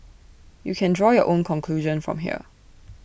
you can draw your own conclusion from here